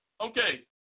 Okay